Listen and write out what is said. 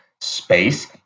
space